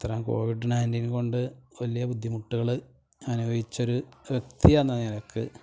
അത്രയും കോവിഡ് നയന്റിന് കൊണ്ട് വലിയ ബുദ്ധിമുട്ടുകൾ അനുഭവിച്ചൊരു വ്യക്തിയെന്ന നിലക്ക്